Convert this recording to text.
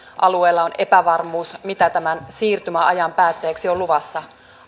alueella on epävarmuus mitä tämän siirtymäajan päätteeksi on luvassa